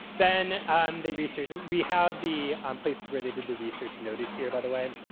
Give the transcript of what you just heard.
then um they researched. we have the places where they did the research noted here, by the way.